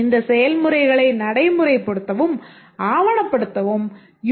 இந்த செயல்முறைகளை நடைமுறைப்படுத்தவும் ஆவணப்படுத்தவும் யு